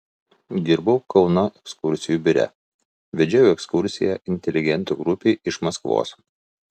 dirbau kauno ekskursijų biure vedžiau ekskursiją inteligentų grupei iš maskvos